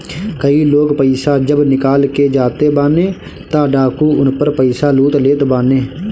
कई लोग पईसा जब निकाल के जाते बाने तअ डाकू उनकर पईसा लूट लेत बाने